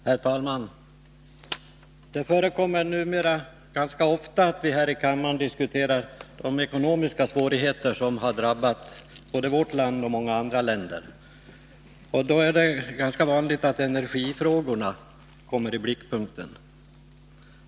Herr talman! Det förekommer numera ganska ofta att vi här i kammaren diskuterar de ekonomiska svårigheter som har drabbat både vårt land och många andra länder. Då är det ganska vanligt att energifrågorna kommer i blickpunkten.